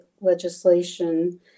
legislation